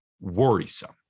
worrisome